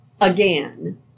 again